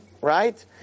right